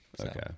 Okay